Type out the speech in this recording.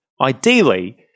Ideally